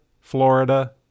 Florida